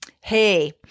hey